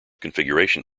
configuration